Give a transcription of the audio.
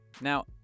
Now